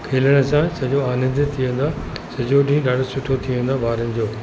खेलण सां सॼो आनंदित थी वेंदो आहे सॼो ॾींहुं ॾाढो सुठो थी वेंदो आहे ॿारनि जो